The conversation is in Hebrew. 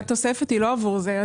התוספת היא לא עבור זה.